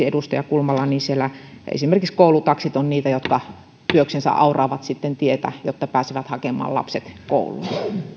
edustaja kulmala totesi siellä esimerkiksi koulutaksit ovat niitä jotka työksensä auraavat tietä jotta pääsevät hakemaan lapset kouluun